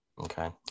Okay